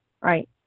right